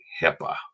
hipaa